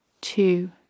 two